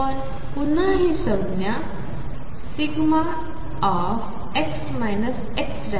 पण पुन्हा ही संज्ञा δx x